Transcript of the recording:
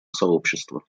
сообщества